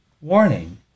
Warning